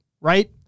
right